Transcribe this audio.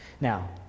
Now